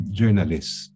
journalists